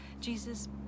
Jesus